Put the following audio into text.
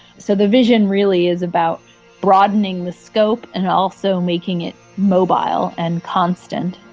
so the vision really is about broadening the scope and also making it mobile and constant.